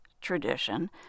tradition